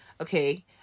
okay